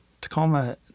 Tacoma